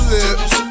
lips